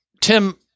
Tim